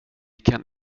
kan